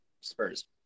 Spurs